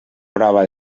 prova